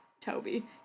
Toby